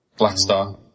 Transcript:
Blackstar